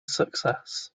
success